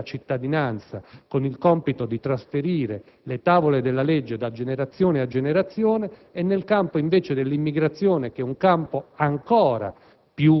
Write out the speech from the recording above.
della cittadinanza, con il compito di trasferire le tavole della legge da generazione a generazione e invece, nel campo dell'immigrazione, che è ancora